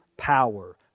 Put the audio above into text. power